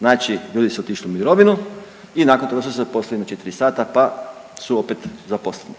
znači bili su otišli u mirovinu i nakon toga su se zaposlili na 4 sata pa su opet zaposleni,